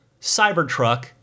Cybertruck